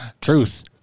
Truth